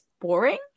boring